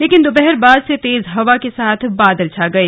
लेकिन दोपहर बाद से तेज हवा के साथ बादल छा गए